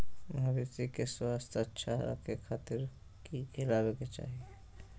मवेसी के स्वास्थ्य अच्छा रखे खातिर की खिलावे के चाही?